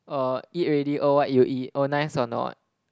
err eat already oh what you eat oh nice or not